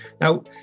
Now